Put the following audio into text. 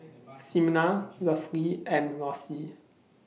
Ximena Lovey and Lossie